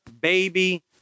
baby